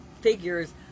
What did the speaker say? Figures